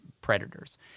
predators